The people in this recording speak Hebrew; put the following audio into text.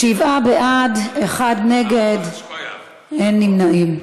שבעה בעד, אחד נגד, אין נמנעים.